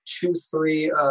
two-three